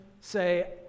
say